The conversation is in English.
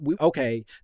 okay